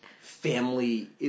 family